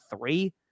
three